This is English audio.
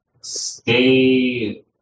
stay